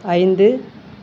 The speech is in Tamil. ஐந்து